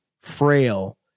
frail